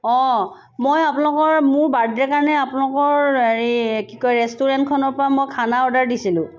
অঁ মই আপোনলোকৰ মোৰ বাৰ্থডে' কাৰণে আপোনলোকৰ হেৰি কি কয় ৰেষ্টুৰেণ্টখনৰ পৰা মই খানা অৰ্ডাৰ দিছিলোঁ